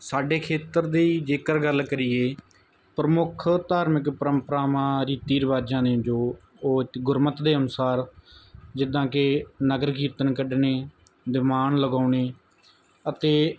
ਸਾਡੇ ਖੇਤਰ ਦੀ ਜੇਕਰ ਗੱਲ ਕਰੀਏ ਪ੍ਰਮੁੱਖ ਧਾਰਮਿਕ ਪਰੰਪਰਾਵਾਂ ਰੀਤੀ ਰਿਵਾਜ਼ਾਂ ਨੇ ਜੋ ਉਹ ਇੱਕ ਗੁਰਮੱਤ ਦੇ ਅਨੁਸਾਰ ਜਿੱਦਾਂ ਕਿ ਨਗਰ ਕੀਰਤਨ ਕੱਢਣੇ ਦੀਵਾਣ ਲਗਾਉਣੇ ਅਤੇ